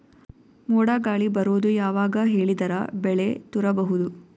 ಮೋಡ ಗಾಳಿ ಬರೋದು ಯಾವಾಗ ಹೇಳಿದರ ಬೆಳೆ ತುರಬಹುದು?